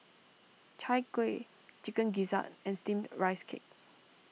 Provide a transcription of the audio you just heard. Chai Kuih Chicken Gizzard and Steamed Rice Cake